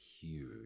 huge